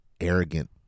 arrogant